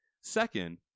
Second